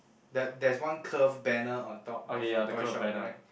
that there's one curve banner on top of the toy shop right